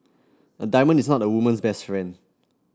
a diamond is not a woman's best friend